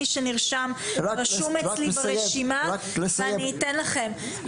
מי שנרשם רשום אצלי ברשימה ואני אתן לכם.